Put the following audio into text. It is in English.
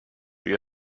you